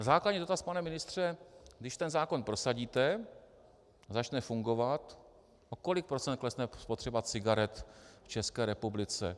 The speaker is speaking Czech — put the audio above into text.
Základní dotaz, pane ministře: Když ten zákon prosadíte, začne fungovat, o kolik procent klesne spotřeba cigaret v České republice?